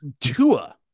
Tua